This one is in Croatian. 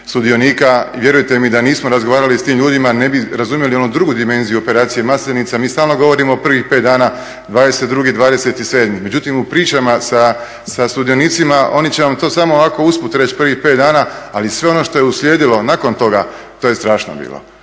sudionika", vjerujte mi da nismo razgovarali s tim ljudima ne bi razumjeli onu drugu dimenziju operacije Maslenica, mi stalno govorimo o prvih 5 dana, 22.- 27., međutim u pričama sa sudionicima oni će vam to samo ovako usput reći prvih 5 dana, ali sve ono što je uslijedilo nakon toga, to je strašno bilo.